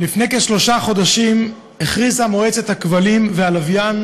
לפני כשלושה חודשים הכריזה מועצת הכבלים והלוויין